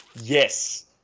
yes